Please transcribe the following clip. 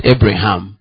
Abraham